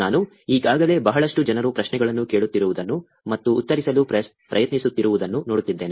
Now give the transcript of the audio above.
ನಾನು ಈಗಾಗಲೇ ಬಹಳಷ್ಟು ಜನರು ಪ್ರಶ್ನೆಗಳನ್ನು ಕೇಳುತ್ತಿರುವುದನ್ನು ಮತ್ತು ಉತ್ತರಿಸಲು ಪ್ರಯತ್ನಿಸುತ್ತಿರುವುದನ್ನು ನೋಡುತ್ತಿದ್ದೇನೆ